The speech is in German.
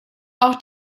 auch